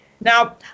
Now